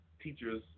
teachers